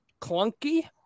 clunky